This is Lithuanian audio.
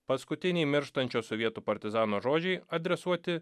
paskutiniai mirštančio sovietų partizano žodžiai adresuoti